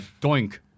doink